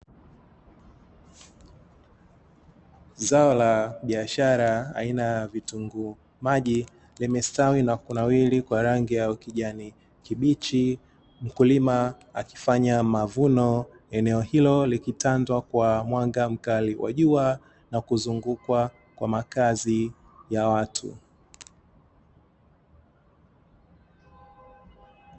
Zao la biashara aina ya vitunguu maji limestawi na kunawiri kwa rangi ya ukijani kibichi. Mkulima akifanya mavuno eneo hilo likitandwa kwa mwanga mkali wa jua na kuzungukwa kwa makazi ya watu.